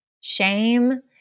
shame